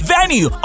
Venue